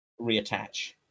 reattach